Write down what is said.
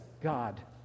God